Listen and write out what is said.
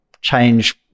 change